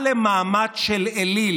ולכנסת,